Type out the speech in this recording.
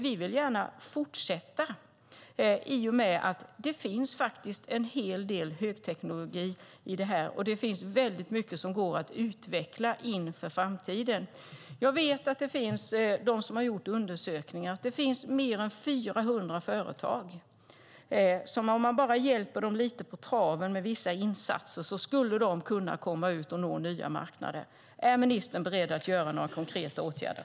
Vi vill gärna fortsätta i och med att det finns en hel del högteknologi där, och det finns väldigt mycket som går att utveckla inför framtiden. Jag vet - det har gjorts undersökningar - att det finns mer än 400 företag som, om man bara hjälper dem lite på traven med vissa insatser, skulle kunna komma ut och nå nya marknader. Är ministern beredd att vidta några konkreta åtgärder?